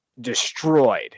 destroyed